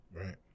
right